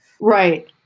Right